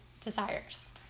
desires